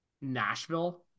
Nashville